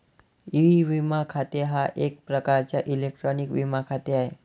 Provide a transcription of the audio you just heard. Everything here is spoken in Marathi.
ई विमा खाते हा एक प्रकारचा इलेक्ट्रॉनिक विमा खाते आहे